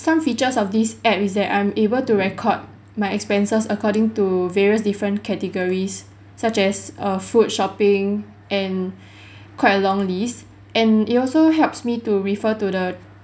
some features of this app is that I'm able to record my expenses according to various different categories such as uh food shopping and quite a long list and it also helps me to refer to the